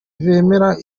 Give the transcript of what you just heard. bemera